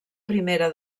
primera